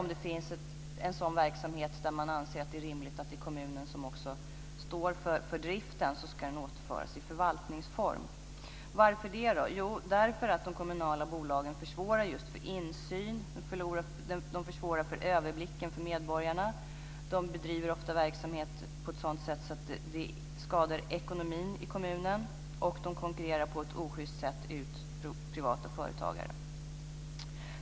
Om det finns en sådan verksamhet där man anser att det är rimligt att det är kommunen som står för driften ska den återföras i förvaltningsform. Varför tycker vi det? Jo, det beror på att de kommunala bolagen försvårar just insynen och överblicken för medborgarna. De bedriver ofta verksamhet på ett sådant sätt att det skadar ekonomin i kommunen, och de konkurrerar på ett oschyst sätt ut privata företagare.